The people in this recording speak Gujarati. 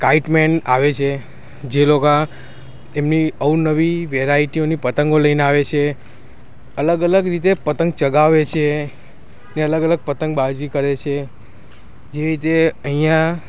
કાઈટ મેન આવે છે જે લોકો એમની અવનવી વેરાઈટીઓની પતંગો લઈને આવે છે અલગ અલગ રીતે પતંગ ચગાવે છે તે અલગ અલગ પતંગ બાજી કરે છે જે રીતે અહીંયા